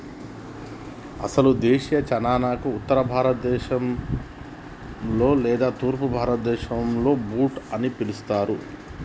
అసలు దేశీ చనాను ఉత్తర భారత దేశంలో లేదా తూర్పు భారతదేసంలో బూట్ అని పిలుస్తారు